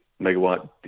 megawatt